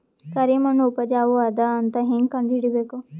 ಕರಿಮಣ್ಣು ಉಪಜಾವು ಅದ ಅಂತ ಹೇಂಗ ಕಂಡುಹಿಡಿಬೇಕು?